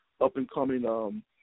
up-and-coming